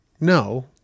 no